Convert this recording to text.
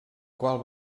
qual